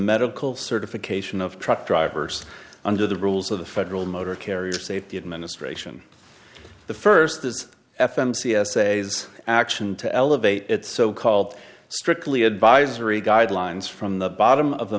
medical certification of truck drivers under the rules of the federal motor carrier safety administration the first is f m c s a's action to elevate its so called strictly advisory guidelines from the bottom of the